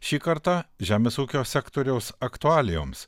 šį kartą žemės ūkio sektoriaus aktualijoms